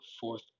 fourth